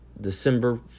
December